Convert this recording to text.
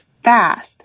fast